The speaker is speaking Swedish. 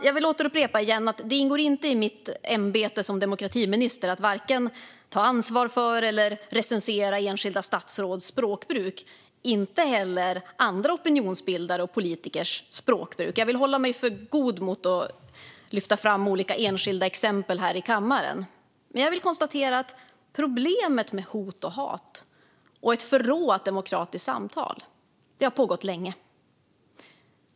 Jag vill upprepa att det inte ingår i mitt ämbete som demokratiminister att vare sig ta ansvar för eller recensera enskilda statsråds språkbruk, inte heller andra opinionsbildares och politikers språkbruk. Jag vill hålla mig för god för att lyfta fram olika enskilda exempel här i kammaren. Jag konstaterar dock att problemet med hot och hat och ett förråat demokratiskt samtal har funnits länge.